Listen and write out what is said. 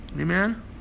Amen